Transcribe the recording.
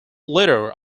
leader